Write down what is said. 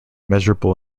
measurable